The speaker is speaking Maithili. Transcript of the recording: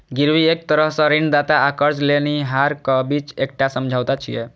गिरवी एक तरह सं ऋणदाता आ कर्ज लेनिहारक बीच एकटा समझौता छियै